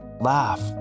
Laugh